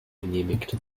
genehmigt